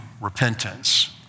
repentance